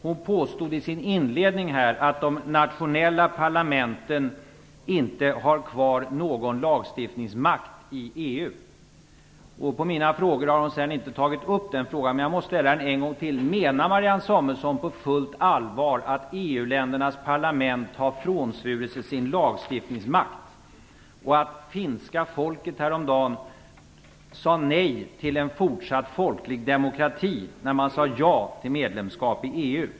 Hon påstod i sin inledning att de nationella parlamenten inte har kvar någon lagstiftningsmakt i EU. Trots mina påstötningar har hon sedan inte tagit upp detta. Jag måste ställa min fråga en gång till: Menar Marianne Samuelsson på fullt allvar att EU-ländernas parlament har frånsvurit sig sin lagstiftningsmakt och att finska folket häromdagen sade nej till en fortsatt folklig demokrati när det sade ja till medlemskap i EU?